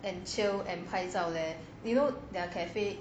and chill and 拍照 there you know their uh cafe